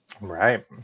Right